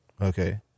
Okay